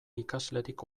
ikaslerik